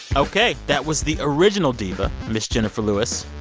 ok. that was the original diva, ms. jenifer lewis.